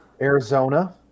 Arizona